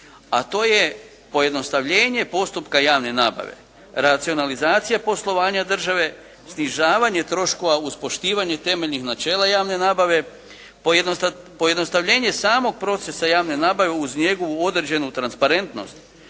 a to je pojednostavljenje postupka javne nabave, racionalizacija poslovanja države, snižavanje troškova uz poštivanje temeljnih načela javne nabave, pojednostavljenje samog procesa javne nabave uz njegovu određenu transparentnost